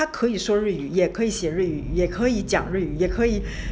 她可以说日语也可以写日语也可以讲日语也可以